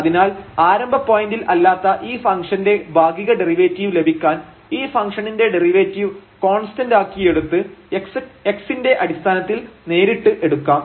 അതിനാൽ ആരംഭ പോയിന്റിൽ അല്ലാത്ത ഈ ഫംഗ്ഷന്റെ ഭാഗിക ഡെറിവേറ്റീവ് ലഭിക്കാൻ ഈ ഫങ്ക്ഷണിന്റെ ഡെറിവേറ്റീവ് കോൺസ്റ്റൻറ് ആക്കി എടുത്ത് x ൻറെ അടിസ്ഥാനത്തിൽ നേരിട്ട് എടുക്കാം